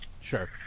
Sure